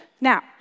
Now